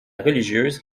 religieuse